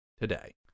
today